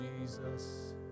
Jesus